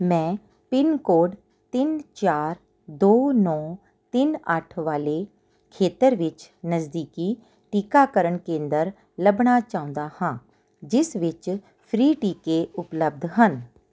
ਮੈਂ pin code ਤਿੰਨ ਚਾਰ ਦੋ ਨੌਂ ਤਿੰਨ ਅੱਠ ਵਾਲੇ ਖੇਤਰ ਵਿੱਚ ਨਜ਼ਦੀਕੀ ਟੀਕਾਕਰਨ ਕੇਂਦਰ ਲੱਭਣਾ ਚਾਹੁੰਦਾ ਹਾਂ ਜਿਸ ਵਿੱਚ ਫ੍ਰੀ ਟੀਕੇ ਉਪਲੱਬਧ ਹਨ